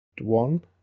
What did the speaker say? one